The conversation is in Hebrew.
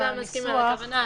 כולם מסכימים על הכוונה,